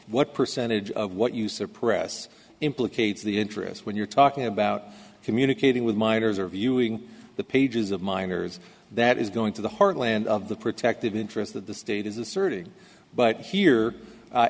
what percentage of what you suppress implicates the interest when you're talking about communicating with minors or viewing the pages of minors that is going to the heartland of the protected interest that the state is asserting but here